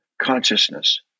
consciousness